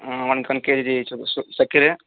one KG చక్కెర